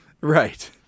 Right